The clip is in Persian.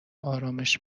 آرامش